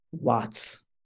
lots